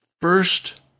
first